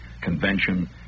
convention